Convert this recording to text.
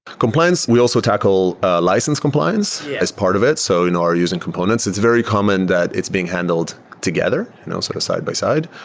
compliance? we also tackle license compliance as part of it, so and are using components. it's very common that it's being handled together you know sort of side-by-side.